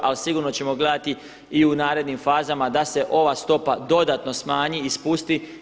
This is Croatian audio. Ali sigurno ćemo gledati i u narednim fazama da se ova stopa dodatno smanji i spusti.